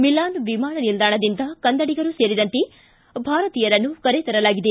Milan ವಿಮಾನ ನಿಲ್ದಾಣದಿಂದ ಕನ್ನಡಿಗರು ಸೇರಿದಂತೆ ಭಾರತೀಯರನ್ನು ಕರೆತರಲಾಗಿದೆ